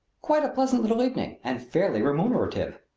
quite a pleasant little evening and fairly remunerative!